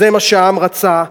זה מה שהעם רצה.